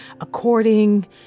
according